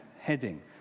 heading